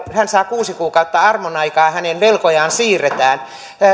hän saa kuusi kuukautta armonaikaa hänen velkojaan siirretään